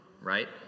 right